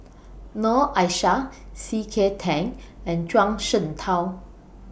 Noor Aishah C K Tang and Zhuang Shengtao